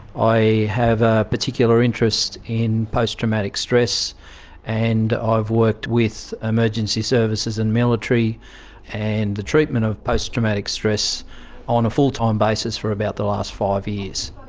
i have a particular interest in post-traumatic stress and i've worked with emergency services and military and the treatment of post-traumatic stress on a full time basis for about the last five years.